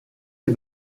est